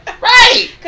right